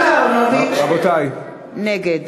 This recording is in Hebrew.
אהרונוביץ, נגד